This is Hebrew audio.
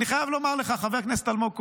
אני חייב לומר לך, חבר הכנסת אלמוג כהן,